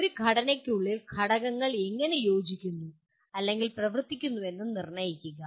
ഒരു ഘടനയ്ക്കുള്ളിൽ ഘടകങ്ങൾ എങ്ങനെ യോജിക്കുന്നു അല്ലെങ്കിൽ പ്രവർത്തിക്കുന്നുവെന്ന് നിർണ്ണയിക്കുക